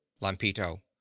Lampito